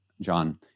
John